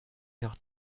noch